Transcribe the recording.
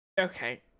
Okay